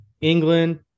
England